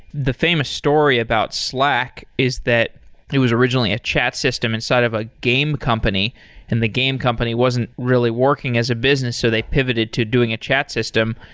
the famous story about slack is that it was originally a chat system inside of a game company, and in the game company wasn't really working as a business. so they pivoted to doing a chat system.